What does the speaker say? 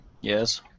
yes